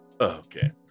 okay